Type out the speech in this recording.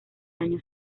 año